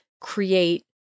create